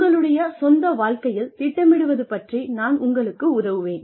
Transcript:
உங்களுடைய சொந்த வாழ்க்கையில் திட்டமிடுவது பற்றி நான் உங்களுக்கு உதவுவேன்